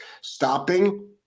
stopping